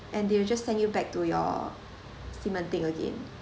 and they will just send you back to your ximending again